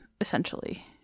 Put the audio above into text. essentially